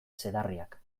zedarriak